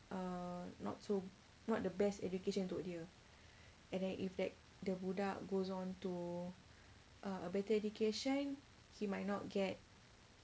uh not so not the best education untuk dia and then if that that budak goes on to uh a better education he might not get